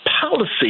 policy